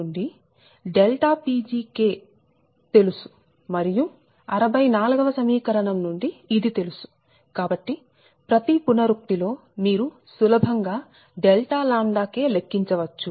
63 వ సమీకరణం నుండి Pg తెలుసు మరియు 64 వ సమీకరణం నుండి ఇది తెలుసు కాబట్టి ప్రతి పునరుక్తి లో మీరు సులభం గా Δ𝜆 లెక్కించవచ్చు